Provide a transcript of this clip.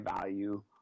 value